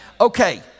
Okay